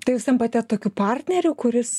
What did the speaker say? tai jūs tampate tokiu partneriu kuris